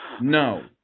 No